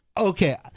okay